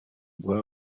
guha